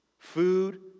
Food